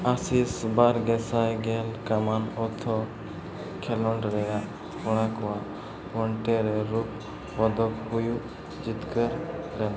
ᱟᱥᱤᱥ ᱵᱟᱨ ᱜᱮᱥᱟᱭ ᱜᱮᱞ ᱠᱚᱢᱚᱱᱳᱭᱮᱞᱛᱷ ᱠᱷᱮᱞᱳᱰ ᱨᱮ ᱠᱚᱲᱟ ᱠᱚᱣᱟᱜ ᱵᱷᱳᱞᱴᱮᱨᱮ ᱨᱩᱯ ᱯᱚᱫᱚᱠ ᱦᱩᱭᱩᱜ ᱡᱤᱛᱠᱟᱹᱨ ᱞᱮᱱᱟ